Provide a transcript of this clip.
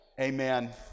amen